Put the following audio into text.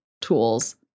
tools